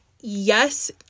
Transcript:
yes